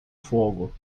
fogo